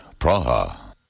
Praha